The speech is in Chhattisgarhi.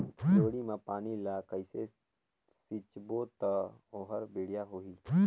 जोणी मा पानी ला कइसे सिंचबो ता ओहार बेडिया होही?